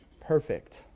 perfect